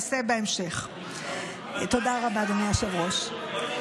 ועכשיו השרה תדבר אל המליאה ואל הציבור,